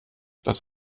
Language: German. das